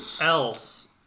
else